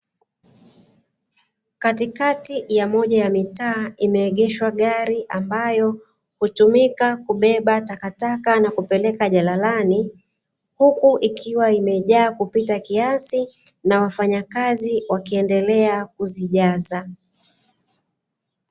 Katikati ya moja ya mitaa ime egeshwa gari ambayo hutumika kubeba takataka na kupeleka jalalani huku ikiwa imejaa kupita kiasi na wafanyakazi wakiendelea kuzijaza.